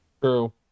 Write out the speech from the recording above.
true